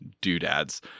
doodads